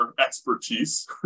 expertise